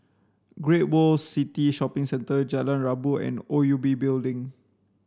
Great World City Shopping Centre Jalan Rabu and O U B Building